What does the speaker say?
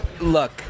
Look